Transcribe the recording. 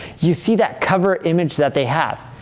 you see that cover image that they have.